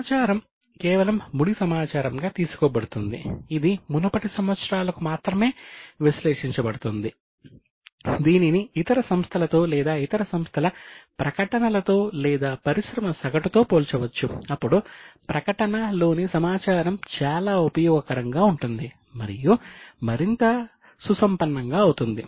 సమాచారం కేవలం ముడి సమాచారంగా తీసుకోబడుతుంది ఇది మునుపటి సంవత్సరాలకు మాత్రమే విశ్లేషించబడుతుంది దీనిని ఇతర సంస్థలతో లేదా ఇతర సంస్థల ప్రకటనలతో లేదా పరిశ్రమ సగటుతో పోల్చవచ్చు అప్పుడు ప్రకటనలోని సమాచారం చాలా ఉపయోగకరంగా ఉంటుంది మరియు మరింత సుసంపన్నంగా అవుతుంది